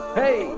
hey